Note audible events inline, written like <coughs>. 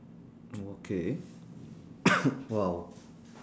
okay <coughs> !wow!